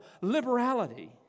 liberality